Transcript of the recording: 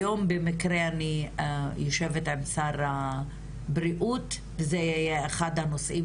היום במקרה אני יושבת עם שר הבריאות וזה יהיה אחד הנושאים